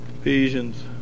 Ephesians